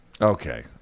Okay